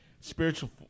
Spiritual